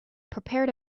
prepared